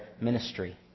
ministry